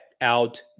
out